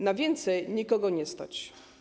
Na więcej nikogo nie stać.